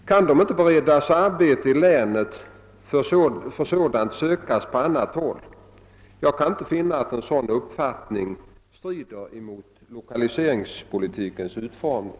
Kan de inte beredas arbete i länet, får sådant sökas på annat håll. Jag kan inte finna att en sådan uppfattning strider mot regionalpolitikens utformning.